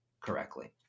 correctly